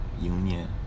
Union